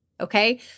Okay